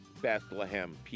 Bethlehem